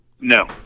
No